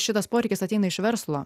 šitas poreikis ateina iš verslo